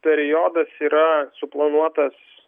periodas yra suplanuotas